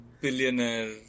billionaire